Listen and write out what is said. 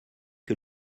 que